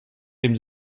dem